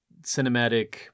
cinematic